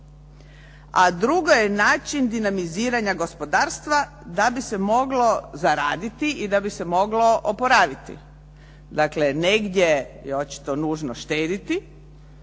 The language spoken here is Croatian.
a drugo je način dinamiziranja gospodarstva da bi se moglo zaraditi i da bi se moglo oporaviti. Dakle, negdje je očito nužno štediti,